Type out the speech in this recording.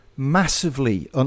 Massively